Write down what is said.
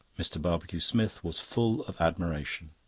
mr. barbecue-smith was full of admiration.